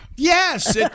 Yes